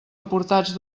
aportats